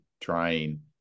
trying